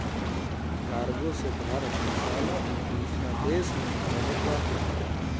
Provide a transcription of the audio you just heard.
cargo से भारत मसाला भी दूसरा देस में भेजत बाटे